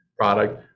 product